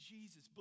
Jesus